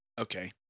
Okay